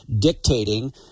dictating –